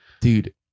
Dude